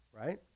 Right